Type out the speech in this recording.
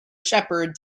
shepherd